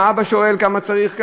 האבא שואל: כמה צריך?